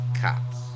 cops